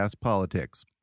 Politics